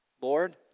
Lord